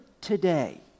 today